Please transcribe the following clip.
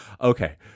okay